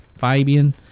Fabian